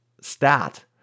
stat